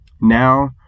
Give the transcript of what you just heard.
now